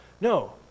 no